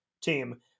team